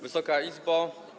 Wysoka Izbo!